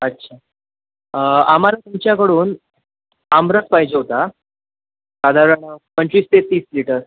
अच्छा आम्हाला तुमच्याकडून आमरस पाहिजे होता साधारण पंचवीस ते तीस लिटर